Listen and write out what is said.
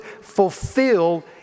fulfill